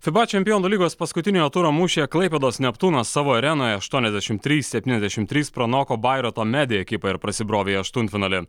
fiba čempionų lygos paskutiniojo turo mūšyje klaipėdos neptūnas savo arenoje aštuoniasdešimt trys septyniasdešimt trys pranoko bairoito medi ekipą ir prasibrovė į aštuntfinalį